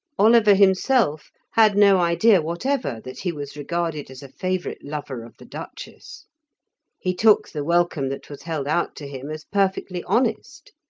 oliver himself had no idea whatever that he was regarded as a favourite lover of the duchess he took the welcome that was held out to him as perfectly honest.